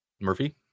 Murphy